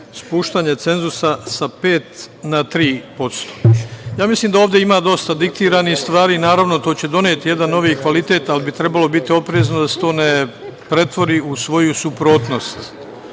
spuštanje cenzusa sa pet na tri procenata. Ja mislim da ovde ima dosta diktiranih stvari. Naravno, to će doneti jedan novi kvalitet, ali bi trebalo biti oprezno, da se to ne pretvori u svoju suprotnost,